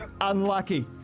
Unlucky